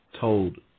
told